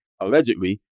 allegedly